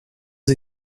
vos